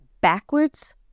backwards